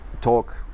talk